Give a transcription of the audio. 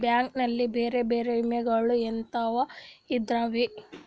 Bank ನಲ್ಲಿ ಬೇರೆ ಬೇರೆ ವಿಮೆಗಳು ಎಂತವ್ ಇದವ್ರಿ?